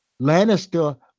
Lannister